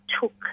took